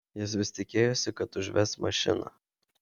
jis vis tikėjosi kad užves mašiną